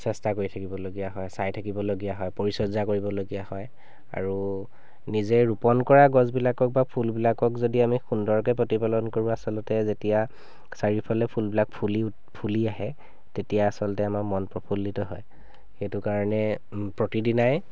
চেষ্টা কৰি থাকিবলগীয়া হয় চাই থাকিবলগীয়া হয় পৰিচৰ্যা কৰিবলগীয়া হয় আৰু নিজে ৰোপণ কৰা গছবিলাকক বা ফুলবিলাকক যদি আমি সুন্দৰকে প্ৰতিপালন কৰোঁ আচলতে যেতিয়া চাৰিওফালে ফুলবিলাক ফুলি ফুলি আহে তেতিয়া আচলতে আমাৰ মন প্ৰফুল্লিত হয় সেইটো কাৰণে প্ৰতিদিনাই